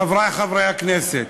חברי חברי הכנסת,